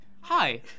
hi